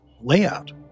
layout